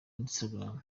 instagram